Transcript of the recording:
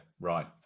right